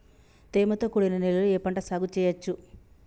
తేమతో కూడిన నేలలో ఏ పంట సాగు చేయచ్చు?